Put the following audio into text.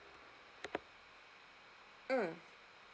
mm